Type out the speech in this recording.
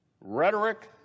rhetoric